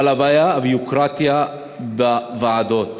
אבל הבעיה, הביורוקרטיה בוועדות